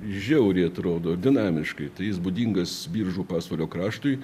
žiauriai atrodo dinamiškai tai jis būdingas biržų pasvalio kraštui